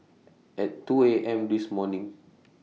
At two A M This morning